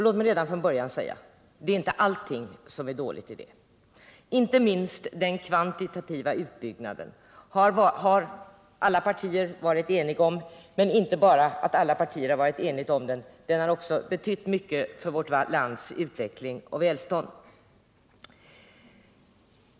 Låt mig redan från början säga att inte allting är dåligt i det. Inte minst den kvantitativa utbyggnaden har alla partier varit eniga om. Den har också betytt mycket för vår utveckling och vårt välstånd.